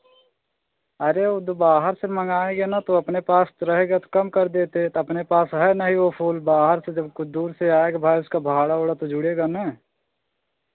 अरे वो बाहर से मंगाएंगे ना तो अपने पास रहेगा तो कम कर देते तो अपने पास है नहीं वो फूल बाहर से जब कुछ दूर से आएगा तो भाई उसका भाड़ा उड़ा तो जुड़ेगा ना